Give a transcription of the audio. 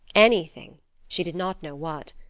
anything she did not know what.